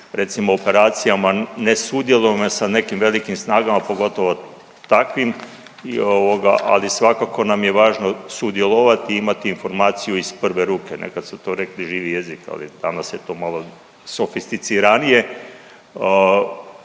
recimo, operacijama ne sudjelujemo sa nekim velikim snagama, pogotovo takvim i ovoga, ali svakako nam je važno sudjelovati i imati informaciju iz prve ruke. Nekad su to rekli živi jezik, ali danas je to malo sofisticiranije